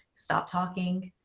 stop talking.